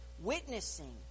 witnessing